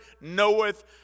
knoweth